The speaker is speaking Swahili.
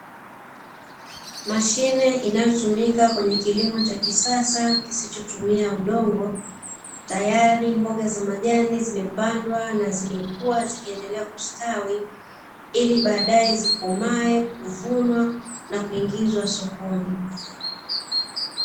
Mashine inayotumika kwenye kilimo cha kisasa kisichotumia udongo, tayari mboga za majani zimepandwa na zimekuwa zikiendelea kustawi ili baadae zikomae, kuvunwa na kuingizwa sokoni.